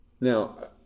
Now